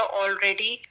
already